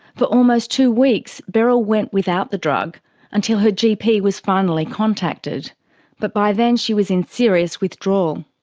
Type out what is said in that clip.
but almost two weeks beryl went without the drug until her gp was finally contacted but by then she was in serious withdrawal.